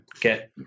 get